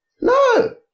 No